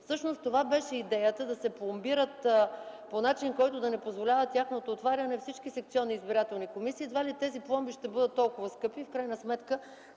комисии. Това беше идеята – да се пломбират по начин, който да не позволява тяхното отваряне в секционните комисии. Едва ли тези пломби ще бъдат толкова скъпи. В крайна сметка